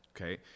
Okay